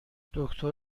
دکتر